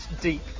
deep